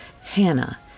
Hannah